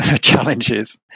challenges